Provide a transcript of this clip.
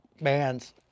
bands